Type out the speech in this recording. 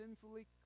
sinfully